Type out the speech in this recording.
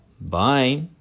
Bye